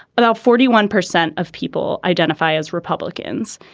about forty one percent of people identify as republicans.